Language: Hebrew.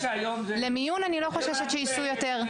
למיון אני לא חוששת שייסעו יותר.